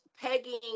pegging